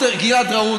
גלעד רהוט,